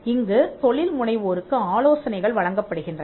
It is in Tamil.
இங்கு தொழில் முனைவோருக்கு ஆலோசனைகள் வழங்கப்படுகின்றன